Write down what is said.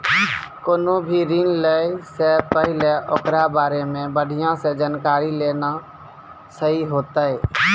कोनो भी ऋण लै से पहिले ओकरा बारे मे बढ़िया से जानकारी लेना सही होतै